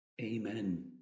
Amen